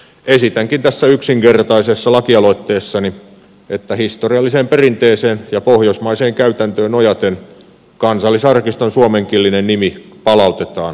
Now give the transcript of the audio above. esitänkin tässä yksinkertaisessa lakialoitteessani että historialliseen perinteeseen ja pohjoismaiseen käytäntöön nojaten kansallisarkiston suomenkielinen nimi palautetaan